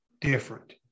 different